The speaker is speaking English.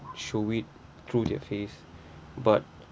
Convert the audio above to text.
show it through their face but